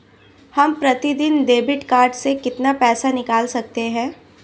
हम प्रतिदिन debit card से कितना पैसा निकाल सकते हैं?